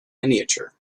miniature